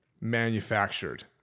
manufactured